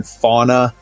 fauna